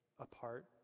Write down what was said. apart